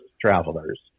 travelers